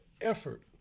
effort